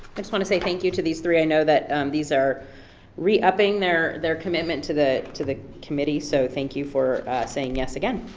i just wanna say thank you to these three. i know that these are re-upping their their commitment to the to the committee, so thank you for saying yes again.